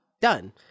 Done